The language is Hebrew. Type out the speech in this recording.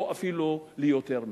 או אפילו ליותר מזה.